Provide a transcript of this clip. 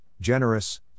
generous